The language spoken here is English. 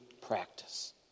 practice